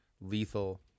lethal